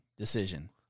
decision